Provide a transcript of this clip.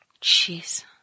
Jeez